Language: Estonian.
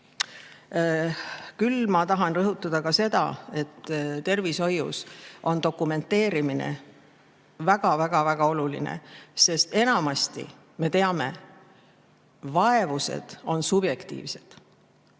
Küll ma tahan rõhutada ka seda, et tervishoius on dokumenteerimine väga-väga oluline, sest enamasti, nagu me teame, on vaevused subjektiivsed.